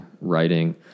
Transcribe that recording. writing